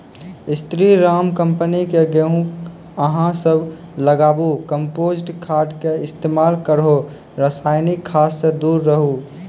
स्री Ram company के गेहूँ अहाँ सब लगाबु कम्पोस्ट खाद के इस्तेमाल करहो रासायनिक खाद से दूर रहूँ?